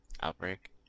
Outbreak